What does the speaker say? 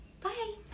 Bye